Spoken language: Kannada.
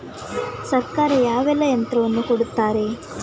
ಸರ್ಕಾರ ಯಾವೆಲ್ಲಾ ಯಂತ್ರವನ್ನು ಕೊಡುತ್ತಾರೆ?